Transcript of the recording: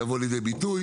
יבוא לידי ביטוי.